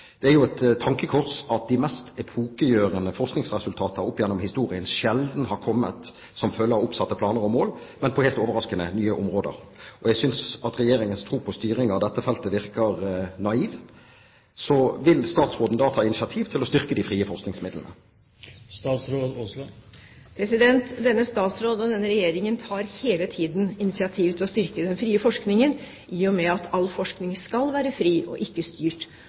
Det er et tankekors at de mest epokegjørende forskningsresultater opp igjennom historien sjelden har kommet som følge av oppsatte planer og mål, men på helt overraskende, nye områder. Jeg synes at Regjeringens tro på styring av dette feltet virker naiv. Vil statsråden ta initiativ til å styrke de frie forskningsmidlene? Denne statsråden og denne regjeringen tar hele tiden initiativ til å styrke den frie forskningen i og med at all forskning skal være fri og ikke styrt.